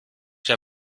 der